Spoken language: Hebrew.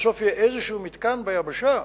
בסוף יהיה איזה מתקן ביבשה,